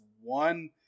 one